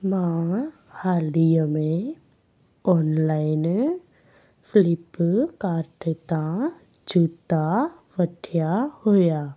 मां हालि ई में ऑनलाइन फ्लिपकार्ट तां जूता वरिता हुआ